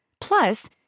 Plus